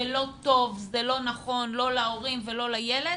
זה לא טוב, זה לא נכון, לא להורים ולא לילד.